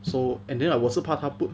so and then ah 我是怕它不